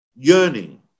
yearning